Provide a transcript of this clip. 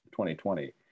2020